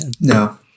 No